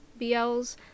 bls